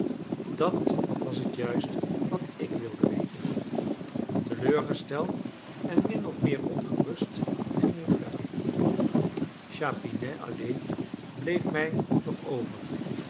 dat was het juist wat ik wilde weten teleurgesteld en min of meer ongerust ging ik verder chapinet alleen bleef mij nog over